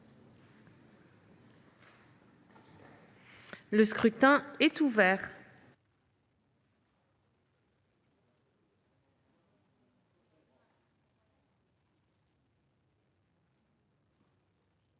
Le scrutin est ouvert.